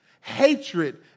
Hatred